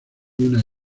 una